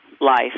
life